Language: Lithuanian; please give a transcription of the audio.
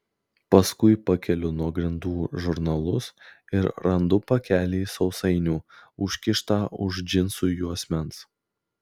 paskui pakeliu nuo grindų žurnalus ir randu pakelį sausainių užkištą už džinsų juosmens